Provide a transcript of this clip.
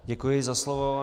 Děkuji za slovo.